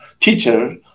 teacher